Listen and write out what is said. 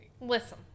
Listen